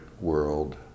world